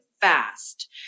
fast